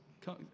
come